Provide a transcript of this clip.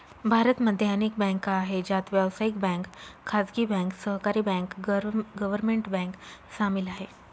भारत मध्ये अनेक बँका आहे, ज्यात व्यावसायिक बँक, खाजगी बँक, सहकारी बँक, गव्हर्मेंट बँक सामील आहे